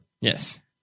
Yes